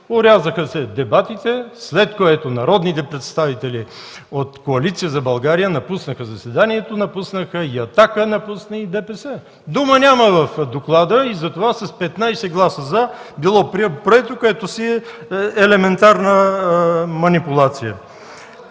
орязаха се дебатите, след което народните представители от Коалиция за България напуснаха заседанието. Напуснаха! И „Атака” напусна, и ДПС. Дума няма в доклада! И затова с 15 гласа „за” било прието, което си е елементарна манипулация.